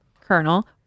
Colonel